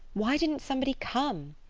why didn't somebody come?